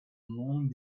long